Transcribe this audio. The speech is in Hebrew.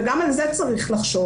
וגם על זה צריך לחשוב,